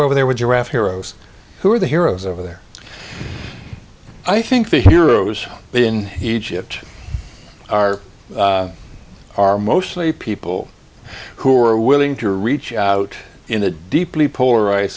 were there would you rather heroes who are the heroes over there i think the heroes in egypt are are mostly people who are willing to reach out in a deeply polarized